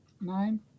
nine